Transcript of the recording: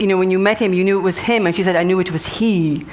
you know when you met him, you knew it was him. and she said, i knew it was he.